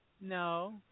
No